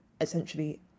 essentially